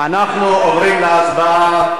חיים בארץ.